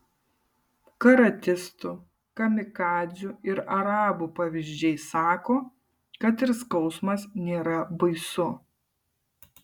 karatistų kamikadzių ir arabų pavyzdžiai sako kad ir skausmas nėra baisu